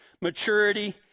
maturity